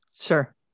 Sure